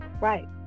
Right